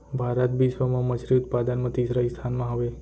भारत बिश्व मा मच्छरी उत्पादन मा तीसरा स्थान मा हवे